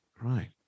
right